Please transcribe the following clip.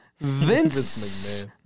Vince